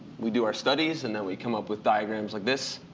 we do our studies, and then we come up with diagrams like this.